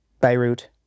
Beirut